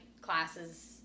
classes